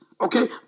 Okay